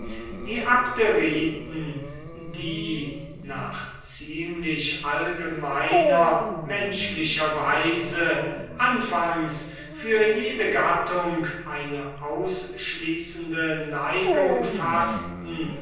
die abderiten die nach ziemlich allgemeiner menschlicher weise anfangs für jede gattung eine ausschließende neigung faßten